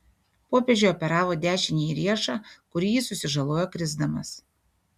popiežiui operavo dešinįjį riešą kurį jis susižalojo krisdamas